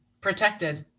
protected